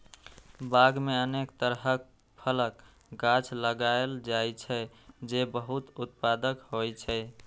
बाग मे अनेक तरहक फलक गाछ लगाएल जाइ छै, जे बहुत उत्पादक होइ छै